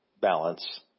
balance